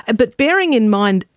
and but bearing in mind,